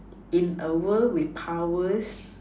in a world with powers